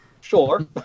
sure